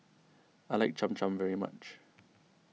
I like Cham Cham very much